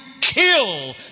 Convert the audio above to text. kill